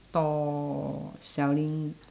stall selling